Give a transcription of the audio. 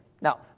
Now